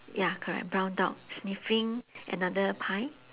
ya correct brown dog sniffing another pie